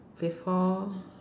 before